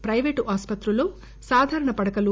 private ఆస్సత్రుల్లో సాధారణ పడకలు